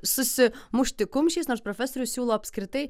susimušti kumščiais nors profesorius siūlo apskritai